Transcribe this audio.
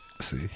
See